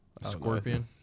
Scorpion